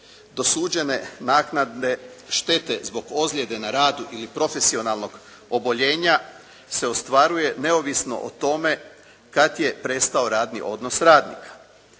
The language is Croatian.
dosuđene naknade štete zbog ozljede na radu ili profesionalnog oboljenja se ostvaruje neovisno o tome kad je prestao radni odnos radnika.